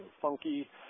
funky